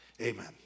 Amen